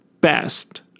best